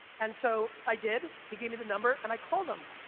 and so, i did, he gave me the number, and i called them.